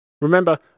Remember